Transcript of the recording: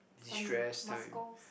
some muscles